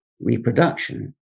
reproduction